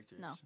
No